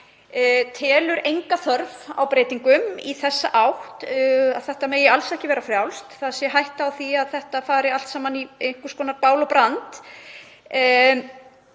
telur enga þörf á breytingum í þessa átt, að þetta megi alls ekki vera frjálst, að hætta sé á því að þetta fari allt saman í bál og brand.